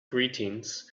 greetings